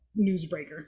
newsbreaker